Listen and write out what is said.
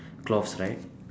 cloth right